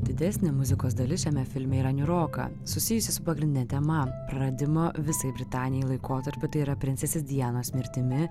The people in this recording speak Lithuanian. didesnė muzikos dalis šiame filme yra niūroka susijusi su pagrindine tema praradimo visai britanijai laikotarpiu tai yra princesės dianos mirtimi